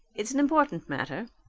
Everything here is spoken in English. it's an important matter,